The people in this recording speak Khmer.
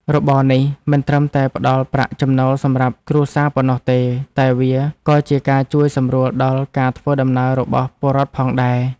របរនេះមិនត្រឹមតែផ្ដល់ប្រាក់ចំណូលសម្រាប់គ្រួសារប៉ុណ្ណោះទេតែវាក៏ជាការជួយសម្រួលដល់ការធ្វើដំណើររបស់ពលរដ្ឋផងដែរ។